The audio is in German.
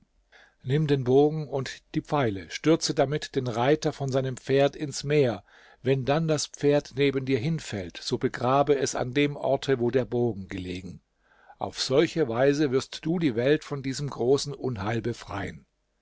nimm den bogen und die pfeile stürze damit den reiter von seinem pferd ins meer wenn dann das pferd neben dir hinfällt so begrabe es an dem orte wo der bogen gelegen auf solche weise wirst du die welt von diesem großen unheil befreien